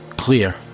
clear